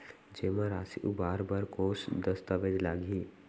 जेमा राशि उबार बर कोस दस्तावेज़ लागही?